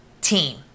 team